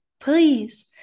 Please